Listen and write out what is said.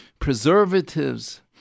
preservatives